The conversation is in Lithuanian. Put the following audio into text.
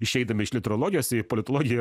išeidami iš literalogijos į politologiją